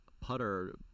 putter